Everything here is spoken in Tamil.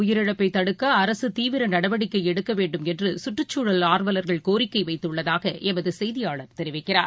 உயிரிழப்பைதடுக்கஅரசுதீவிரநடவடிக்கைஎடுக்கவேண்டும் யானைகள் என்றுசுற்றுச்சூழல் ஆர்வல்கள் கோரிக்கைவைத்துள்ளதாகஎமதுசெய்தியாளர் தெரிவிக்கிறார்